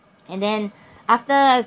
and then after